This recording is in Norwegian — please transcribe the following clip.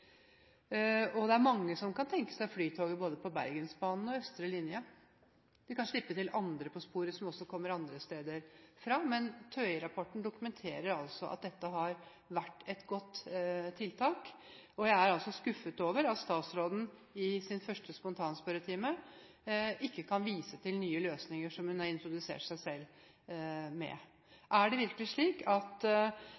Det er mange som kan tenke seg Flytoget både på Bergensbanen og på Østre linje. Man kan slippe til andre på sporet som kommer andre steder fra. Men TØI-rapporten dokumenterer altså at dette har vært et godt tiltak, og jeg er skuffet over at statsråden i sin første muntlige spørretime ikke kan vise til nye løsninger som hun har introdusert seg selv med.